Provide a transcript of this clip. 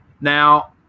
Now